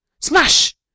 smash